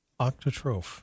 Octotroph